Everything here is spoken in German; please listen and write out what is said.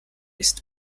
ist